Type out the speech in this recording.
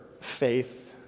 faith